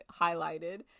highlighted